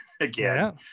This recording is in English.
again